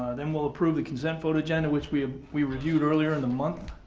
then we'll approve the consent vote agenda, which we um we reviewed earlier in the month.